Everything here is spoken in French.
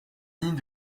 nids